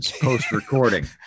post-recording